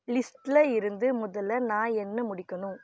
லிஸ்டில் இருந்து முதலில் நான் என்ன முடிக்கணும்